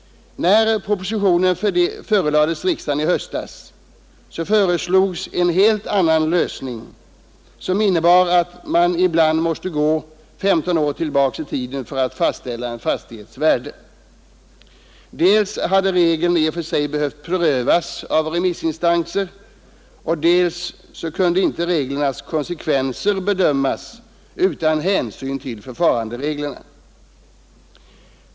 När propositionen förelades riksdagen i höstas föreslogs en helt annan lösning, som innebar att man ibland måste gå 15 år tillbaka i tiden för att fastställa fastighetens värde. Dels hade regeln i och för sig behövt prövas av remissinstanser, dels kunde inte reglernas konsekvenser bedömas utan hänsyn till förfarandereglerna.